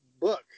book